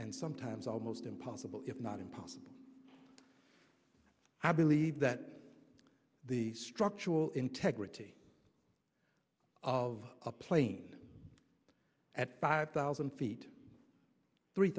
and sometimes almost impossible if not impossible i believe that the structural integrity of a plane at five thousand feet three